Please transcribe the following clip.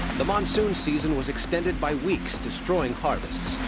the monsoon season was extended by weeks, destroying harvests.